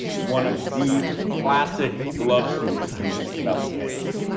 one of the classic love story is when you think about the tales.